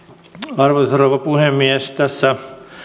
arvoisa rouva puhemies tässä